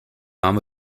arm